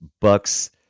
bucks